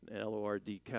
L-O-R-D